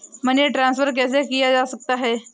Money transfer कैसे किया जा सकता है?